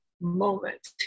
moment